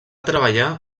treballar